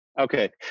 Okay